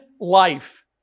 life